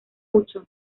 mucho